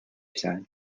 said